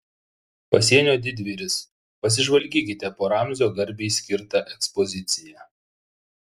pasienio didvyris pasižvalgykite po ramzio garbei skirtą ekspoziciją